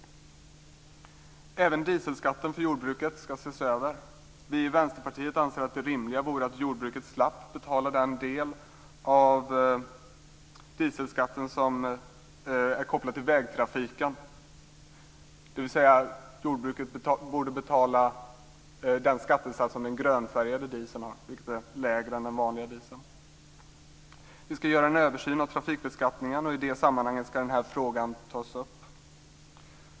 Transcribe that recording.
Även dieselskatten för jordbruket ska ses över. Vi i Vänsterpartiet anser att det rimliga vore att jordbruket slapp betala den del av dieselskatten som är kopplad till vägtrafiken, dvs. att jordbruket borde betala den skattesats som den grönfärgade dieseln har, vilken är lägre än för den vanliga dieseln. Vi ska göra en översyn av trafikbeskattningen. Och i det sammanhanget ska denna fråga tas upp.